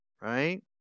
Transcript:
right